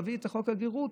להביא את חוק הגרות,